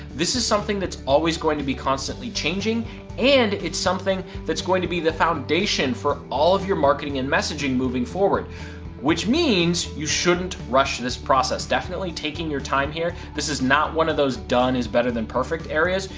this is something that's going to be constantly changing and it's something that's going to be the foundation for all of your marketing and messaging moving forward which means you shouldn't rush this process. definitely taking your time here. this is not one of those done is better than perfect areas.